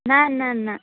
نَہ نَہ نَہ